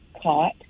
caught